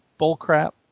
bullcrap